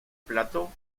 plató